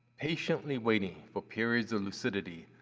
patiently waiting for periods of lucidity,